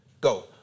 Go